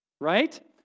right